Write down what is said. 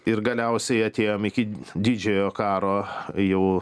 ir galiausiai atėjom iki didžiojo karo jau